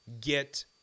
get